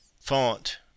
Font